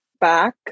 back